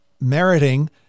meriting